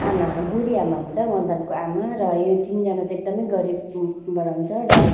आमा बुढी आमा हुन्छ मदनको आमा र यो तिनजना चाहिँ एकदमै गरिबबाट हुन्छ र